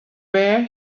were